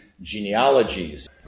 genealogies